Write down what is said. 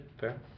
fair